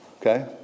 Okay